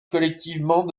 collectivement